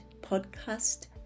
Podcast